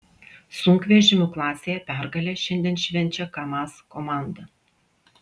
sunkvežimių klasėje pergalę šiandien švenčia kamaz komanda